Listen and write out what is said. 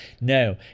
No